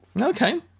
Okay